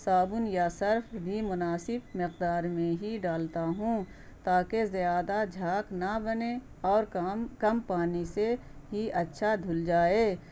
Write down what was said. صابن یا سرف بھی مناسب مقدار میں ہی ڈالتا ہوں تاکہ زیادہ جھاناک نہ بنے اور کام کم پانی سے ہی اچھا دھل جائے